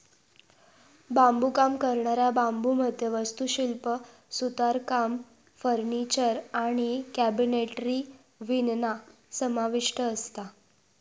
बांबुकाम करणाऱ्या बांबुमध्ये वास्तुशिल्प, सुतारकाम, फर्निचर आणि कॅबिनेटरी विणणा समाविष्ठ असता